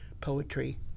poetry